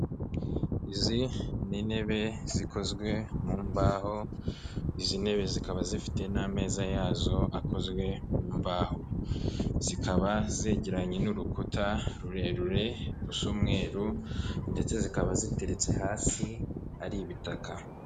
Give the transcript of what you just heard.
Izi ni intebe zikozwe mu mbaho, izi ntebe zikaba zifite n'ameza yazo akozwe mu mbaho, zikaba zegeranye n'urukuta rurerure rusa umweru ndetse zikaba ziteretse hasi hari ibitaka.